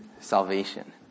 salvation